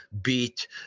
beat